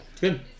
Good